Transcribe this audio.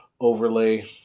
overlay